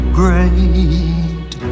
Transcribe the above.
great